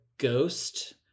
ghost